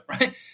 right